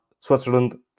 Switzerland